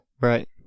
Right